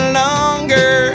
longer